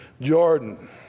Jordan